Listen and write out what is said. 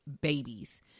babies